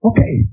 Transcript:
Okay